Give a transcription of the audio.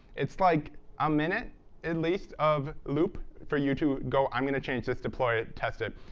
it's like a minute at least of loop for you to go, i'm going to change this, deploy it, test it.